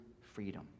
freedom